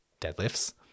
deadlifts